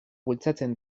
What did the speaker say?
bultzatzen